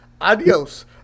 adios